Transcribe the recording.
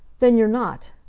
then you're not,